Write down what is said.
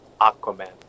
Aquaman